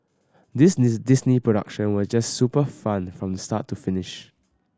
this Disney production was just super fun from start to finish